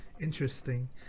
Interesting